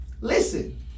listen